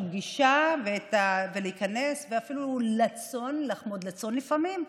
הפגישה ולהיכנס ואפילו לחמוד לצון לפעמים,